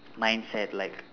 mindset like